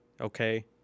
Okay